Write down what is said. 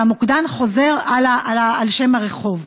והמוקדן חוזר על שם הרחוב.